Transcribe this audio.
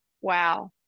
wow